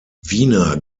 wiener